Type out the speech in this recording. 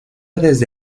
desde